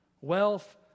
wealth